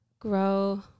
Grow